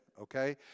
okay